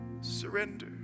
surrender